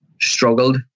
struggled